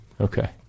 okay